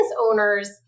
owners